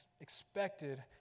expected